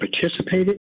participated